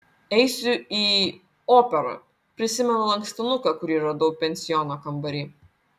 eisiu į operą prisimenu lankstinuką kurį radau pensiono kambary